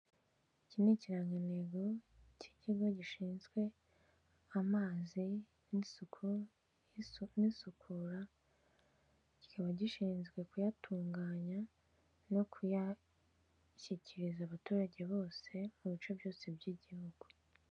Iki ni ikirangantego cy'ikigo gishinzwe amazi n'isuku n'isukura, kikaba gishinzwe kuyatunganya no kuyashyikiriza abaturage bose mu bice byose by'Igihugu.